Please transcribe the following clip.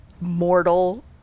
mortal